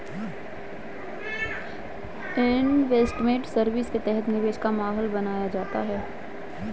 investment service के तहत निवेश का माहौल बनाया जाता है